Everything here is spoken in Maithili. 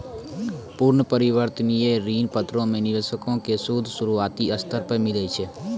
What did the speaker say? पूर्ण परिवर्तनीय ऋण पत्रो मे निवेशको के सूद शुरुआती स्तर पे मिलै छै